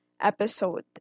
episode